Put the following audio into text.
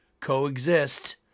Coexist